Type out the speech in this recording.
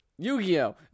Yu-Gi-Oh